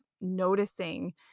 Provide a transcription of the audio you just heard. noticing